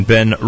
Ben